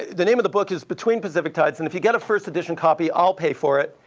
the name of the book is between pacific tides and if you get a first edition copy, i'll pay for it.